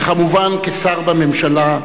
וכמובן, כשר בממשלה,